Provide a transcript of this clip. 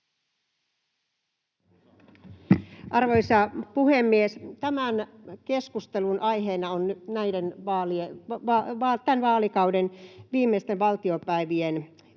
Arvoisa puhemies! Tämän keskustelun aiheena on nyt tämän vaalikauden viimeisten valtiopäivien